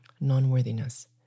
non-worthiness